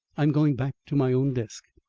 i am going back to my own desk.